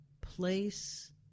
place